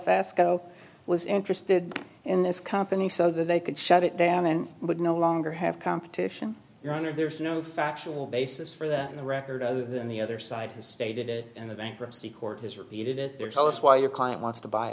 belfast co was interested in this company so that they could shut it down and would no longer have competition your honor there's no factual basis for that in the record other than the other side has stated it and the bankruptcy court has repeated it there tell us why your client wants to buy